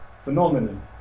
phenomenon